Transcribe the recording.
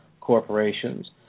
corporations